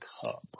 Cup